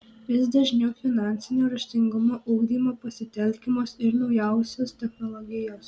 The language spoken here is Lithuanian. vis dažniau finansinio raštingumo ugdymui pasitelkiamos ir naujausios technologijos